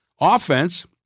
Offense